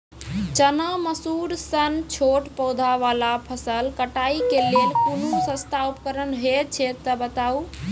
चना, मसूर सन छोट पौधा वाला फसल कटाई के लेल कूनू सस्ता उपकरण हे छै तऽ बताऊ?